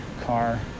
car